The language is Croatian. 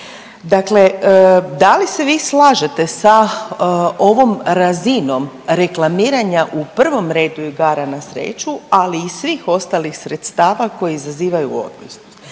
Dakle, da li se vi slažete sa ovom razinom reklamiranja u prvom redu igara na sreću, ali i svih ostalih sredstava koje izazivaju ovisnost?